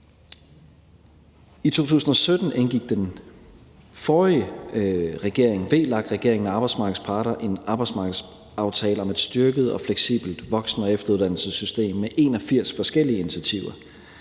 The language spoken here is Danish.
regering, VLAK-regeringen, og arbejdsmarkedets parter en arbejdsmarkedsaftale om et styrket og fleksibelt voksen- og efteruddannelsessystem med 81 forskellige initiativer.